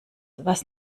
was